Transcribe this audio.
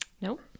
Nope